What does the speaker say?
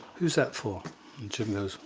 who is that for? and jim goes,